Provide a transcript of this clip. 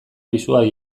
pisua